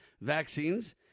vaccines